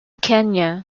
kenya